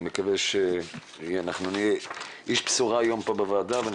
אני מקווה שאנחנו נהיה אנשי בשורה היום פה בוועדה ואני